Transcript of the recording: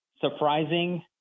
surprising